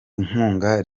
inkunga